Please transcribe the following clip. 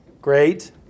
Great